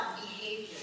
behavior